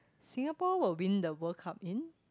Singapore will win the World-Cup in